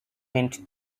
mint